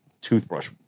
toothbrush